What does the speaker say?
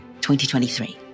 2023